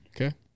Okay